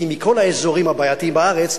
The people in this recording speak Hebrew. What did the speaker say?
כי מכל האזורים הבעייתיים בארץ,